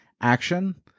Action